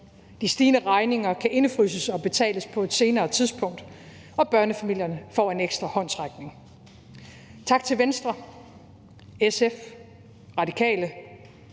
De stigende regninger kan indefryses og betales på et senere tidspunkt. Og børnefamilierne får en ekstra håndsrækning. Tak til Venstre, SF, Radikale,